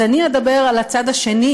אז אדבר על הצד השני,